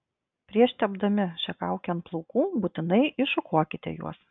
prieš tepdami šią kaukę ant plaukų būtinai iššukuokite juos